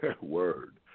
Word